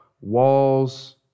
walls